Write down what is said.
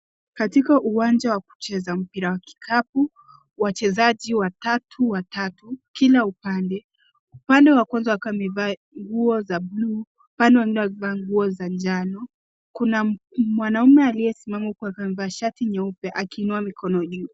Katika uwanja wa kucheza mpira wa kikapu wachezaji watatu watatu kila upande. Upande wa kwanza wakiwa wamevaa nguo za bluu, upande mwingine wakivaa nguo za njano. Kuna mwanaume aliyesimama huko akiwa amevaa shati nyeupe akiinua mikono juu.